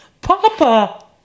Papa